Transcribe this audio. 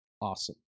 Awesome